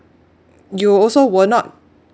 you also will not